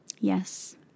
Yes